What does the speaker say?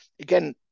again